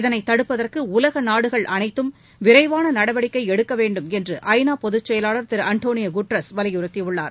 இதனை தடுப்பதற்கு உலக நாடுகள் அனைத்தும் விரைவாள நடவடிக்கை எடுக்க வேண்டும் என்று ஐ நா பொதுச் செயலாளர் திரு அண்டோனியா குட்ரஸ் வலியுறுத்தியுள்ளார்